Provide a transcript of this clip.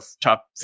top